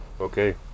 okay